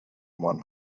one